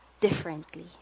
differently